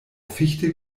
fichte